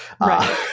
Right